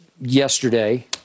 yesterday